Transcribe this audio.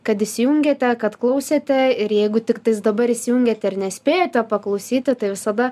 kad įsijungėte kad klausėte ir jeigu tiktai dabar įsijungėte ar nespėjote paklausyti tai visada